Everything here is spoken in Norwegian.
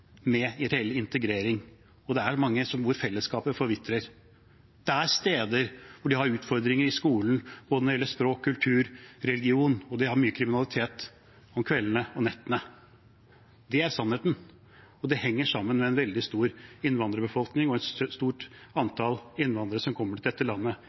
med integrering, og det er mange nabolag der fellesskapet forvitrer. Det er steder der de har utfordringer i skolen når det gjelder språk, kultur og religion, og der de har mye kriminalitet om kveldene og nettene. Det er sannheten, og det henger sammen med en veldig stor innvandrerbefolkning og et stort antall innvandrere som kommer til dette landet.